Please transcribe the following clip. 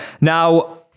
Now